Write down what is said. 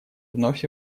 вновь